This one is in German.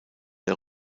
der